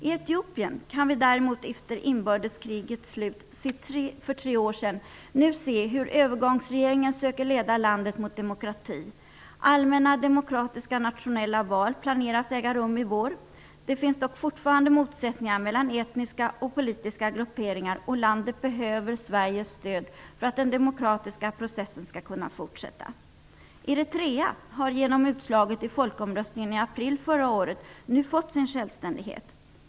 I Etiopien kan vi däremot efter inbördeskrigets slut för tre år sedan nu se hur övergångsregeringen söker leda landet mot demokrati. Allmänna, demokratiska, nationella val planeras äga rum i vår. Det finns dock fortfarande motsättningar mellan etniska och politiska grupperingar, och landet behöver Sveriges stöd för att den demokratiska processen skall kunna fortsätta. Eritrea har genom utslaget i folkomröstningen i april förra året nu fått sin självständighet.